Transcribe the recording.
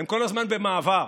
הם כל הזמן במעבר.